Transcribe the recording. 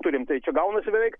turim tai čia gaunasi beveik